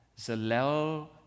Zalel